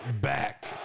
back